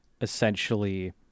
essentially